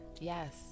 Yes